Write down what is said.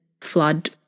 flood